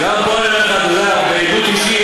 בוא אני אראה לך, אבו עראר, מעדות אישית.